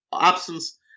absence